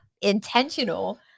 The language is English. intentional